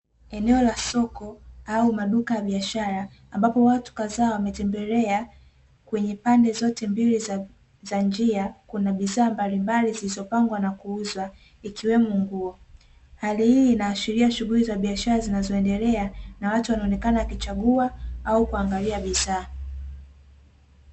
Eneo la soko au maduka ya biashara, ambapo watu kadhaa wametembelea kwenye pande zote mbili za njia, kuna bidhaa mbalimbali zilizopangwa na kuuzwa, ikiwemo nguo. Hali hii inaashiria shuguli za biashara zinazoendelea na watu wanaonekana wakichagua au kuangalia bidhaa.